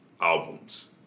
Albums